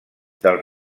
del